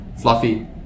fluffy